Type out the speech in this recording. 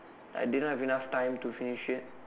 I did not have enough time to finish it